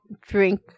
drink